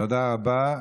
תודה רבה.